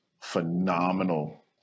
phenomenal